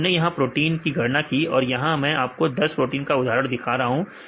तो हमने यहां विभिन्न प्रोटीन की गणना की है और यहां मैं आपको 10 प्रोटीन का उदाहरण दिखा रहा हूं